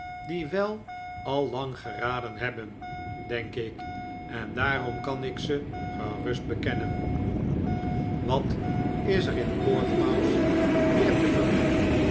die wel al lang geraden hebben denk ik en daarom kan ik ze gerust bekennen wat is er in portsmouth meer te verdienen